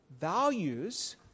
values